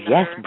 Yes